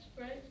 right